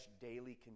daily